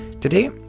Today